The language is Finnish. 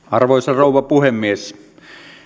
arvoisa rouva puhemies